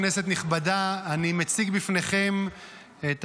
כנסת נכבדה, אני מציג בפניכם את